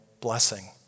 blessing